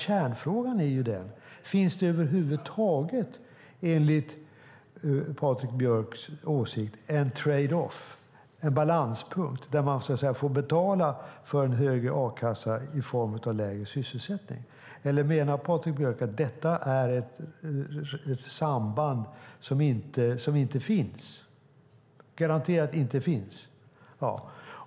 Kärnfrågan är: Finns det enligt Patrik Björck över huvud taget en trade off, en balanspunkt där man får betala för en högre a-kassa i form av lägre sysselsättning? Eller menar Patrik Björck att detta samband garanterat inte finns?